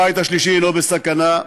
הבית השלישי לא בסכנה.